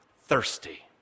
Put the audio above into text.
thirsty